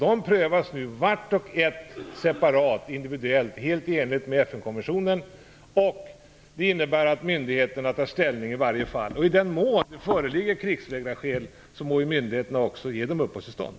De prövas nu vart och ett, individuellt, helt i enlighet med FN-konventionen. Det innebär att myndigheterna tar ställning i varje fall. I den mån det föreligger krigsvägrarskäl må myndigheterna också ge uppehållstillstånd.